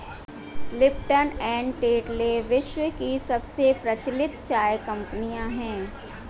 Lipton and Tetley विश्व की सबसे प्रचलित चाय कंपनियां है